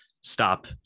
stop